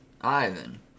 Ivan